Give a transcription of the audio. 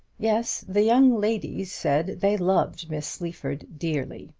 yes, the young ladies said, they loved miss sleaford dearly.